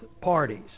parties